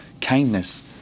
kindness